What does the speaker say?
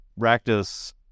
Rakdos